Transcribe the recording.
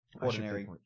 ordinary